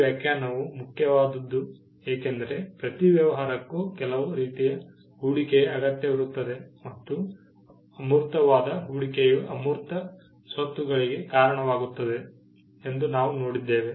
ಈ ವ್ಯಾಖ್ಯಾನವು ಮುಖ್ಯವಾದುದು ಏಕೆಂದರೆ ಪ್ರತಿ ವ್ಯವಹಾರಕ್ಕೂ ಕೆಲವು ರೀತಿಯ ಹೂಡಿಕೆಯ ಅಗತ್ಯವಿರುತ್ತದೆ ಮತ್ತು ಅಮೂರ್ತವಾದ ಹೂಡಿಕೆಯು ಅಮೂರ್ತ ಸ್ವತ್ತುಗಳಿಗೆ ಕಾರಣವಾಗುತ್ತದೆ ಎಂದು ನಾವು ನೋಡಿದ್ದೇವೆ